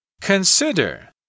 Consider